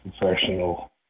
professional